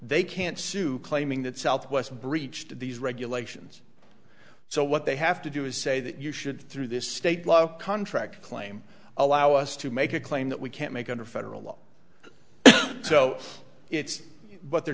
they can't sue claiming that southwest breached these regulations so what they have to do is say that you should through this state law contract claim allow us to make a claim that we can't make under federal law so it's what they're